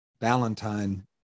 Valentine